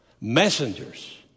messengers